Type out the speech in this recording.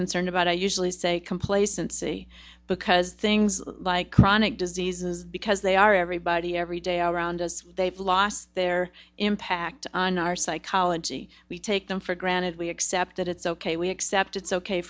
concerned about i usually say complacency because things like chronic diseases because they are everybody every day all around us they've lost their impact on our psychology we take them for granted we accept that it's ok we accept it's ok